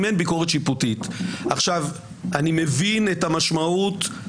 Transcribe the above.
גם אם אין ביקורת שיפוטית.